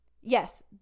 Yes